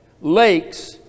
lakes